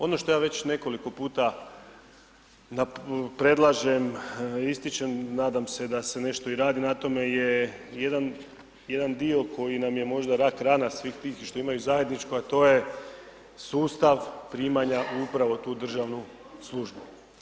Ono što ja već nekoliko puta predlažem, ističem, nadam se da se nešto i radi na tome je jedan dio koji nam je možda rak rana svih tih i što imaju zajedničko a to je sustav primanja upravo u tu državnu službu.